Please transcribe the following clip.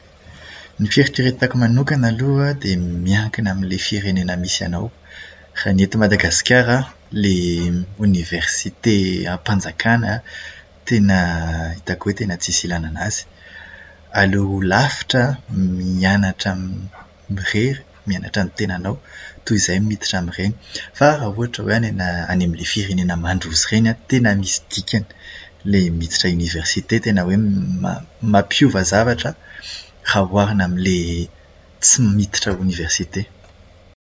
Ny fieritreretako manokana aloha an, dia miankina amin'ilay firenena misy anao. Raha ny eto Madagasikara dia oniversite am-panjakàna tena hitako hoe tena tsisy ilàna anazy. Aleo lavitra mianatra m- irery, mianatra amin'ny tenanao, toy izay miditra amin'ireny. Fa ohatra hoe any amin'ilay firenena mandroso ireny an, tena misy dikany. Ilay miditra oniversite tena hoe mampiova zavatra raha oharina amin'ilay tsy miditra oniversite.